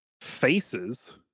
Faces